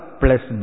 plus